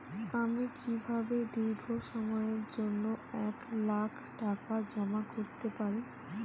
আমি কিভাবে দীর্ঘ সময়ের জন্য এক লাখ টাকা জমা করতে পারি?